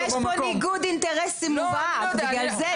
לא, כי יש פה ניגוד אינטרסים מובהק, בגלל זה.